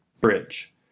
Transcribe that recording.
bridge